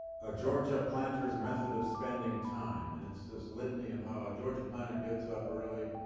a georgia planter's method of spending time. and it's this litany of how a georgia planter gets up early,